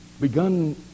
begun